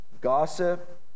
gossip